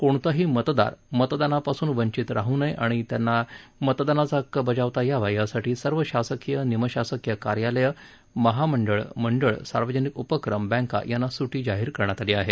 कोणताही मतदार मतदारनापासून वंचित राह नये आणि त्यांना मतदानाचा हक्क बजावता यावा यासाठी सर्व शासकीय निमशासकीय कार्यालय महामंडळं मंडळं सार्वजनिक उपक्रम बैंका यांना सुट्टी जाहीर करण्यात आली आहे